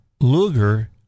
Luger